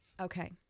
Okay